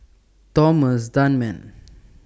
Thomas Dunman